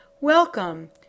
welcome